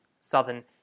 southern